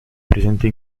presente